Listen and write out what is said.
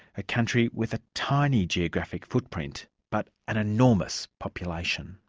a country with a tiny geographic footprint, but an enormous population.